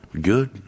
good